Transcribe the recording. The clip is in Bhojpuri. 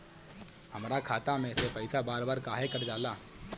हमरा खाता में से पइसा बार बार काहे कट जाला?